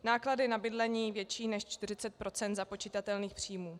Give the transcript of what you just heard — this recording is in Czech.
Náklady na bydlení větší než 40 % započitatelných příjmů.